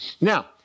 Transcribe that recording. Now